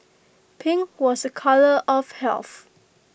pink was A colour of health